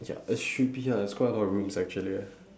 ya it should be ah it's quite a lot of rooms actually eh